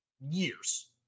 years